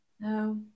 No